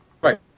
Right